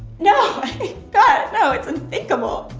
no god, no, it's unthinkable.